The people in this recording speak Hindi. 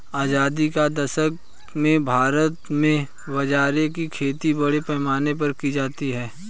आजादी के दशक में भारत में बाजरे की खेती बड़े पैमाने पर की जाती थी